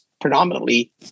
predominantly